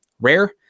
rare